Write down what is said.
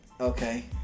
Okay